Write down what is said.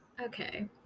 Okay